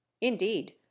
Indeed